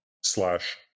slash